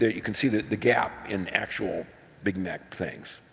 you can see the the gap in actual big mac things.